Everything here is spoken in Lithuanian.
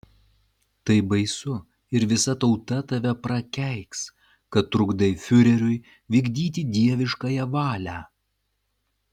tai baisu ir visa tauta tave prakeiks kad trukdai fiureriui vykdyti dieviškąją valią